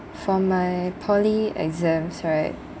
for my poly exams right